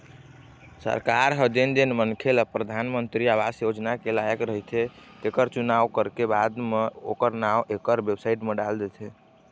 सरकार ह जेन जेन मनखे ल परधानमंतरी आवास योजना के लायक रहिथे तेखर चुनाव करके बाद म ओखर नांव एखर बेबसाइट म डाल देथे